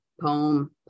poem